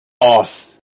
off